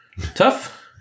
Tough